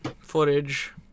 footage